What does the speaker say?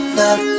love